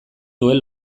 duen